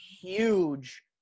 huge